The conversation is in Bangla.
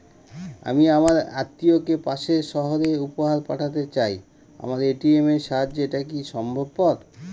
আমি আমার আত্মিয়কে পাশের সহরে উপহার পাঠাতে চাই আমার এ.টি.এম এর সাহায্যে এটাকি সম্ভবপর?